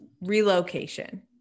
relocation